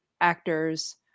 actors